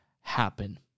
happen